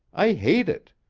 i hate it.